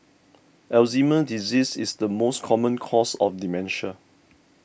Alzheimer's disease is the most common cause of dementia